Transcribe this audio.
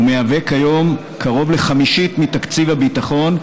ומהווה כיום קרוב לחמישית מתקציב הביטחון,